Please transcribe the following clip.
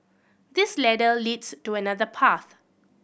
this ladder leads to another path